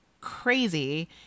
crazy